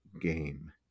game